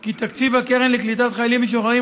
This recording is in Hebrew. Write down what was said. כי תקציב הקרן לקליטת חיילים משוחררים